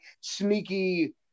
sneaky